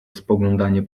spoglądanie